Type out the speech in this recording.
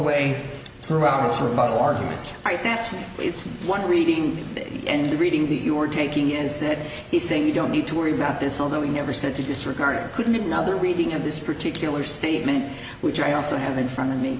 way through hours rebuttal argument i fancy it's one reading and reading that you are taking is that he's saying you don't need to worry about this although he never said to disregard it could mean another reading of this particular statement which i also have in front of me